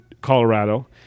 Colorado